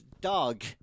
dog